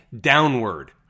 downward